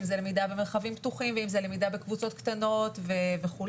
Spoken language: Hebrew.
אם זה למידה במרחבים פתוחים ואם זה למידה בקבוצות קטנות וכו',